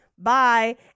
Bye